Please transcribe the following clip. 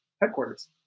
headquarters